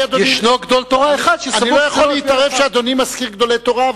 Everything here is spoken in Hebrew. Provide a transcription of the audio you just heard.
אני לא יכול להתערב כשאדוני מזכיר גדולי תורה,